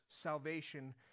salvation